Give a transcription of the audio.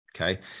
Okay